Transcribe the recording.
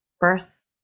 birth